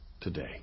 today